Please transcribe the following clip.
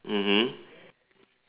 mmhmm